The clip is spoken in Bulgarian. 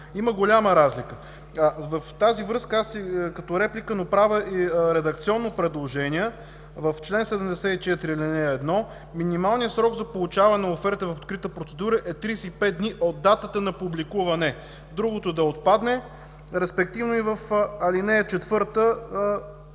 има голяма разлика. В тази връзка като реплика, но правя и редакционни предложения. В чл. 74, ал. 1: „Минималният срок за получаване на оферти в открита процедура е 35 дни от датата на публикуване”. Другото да отпадне. Респективно и в ал. 4: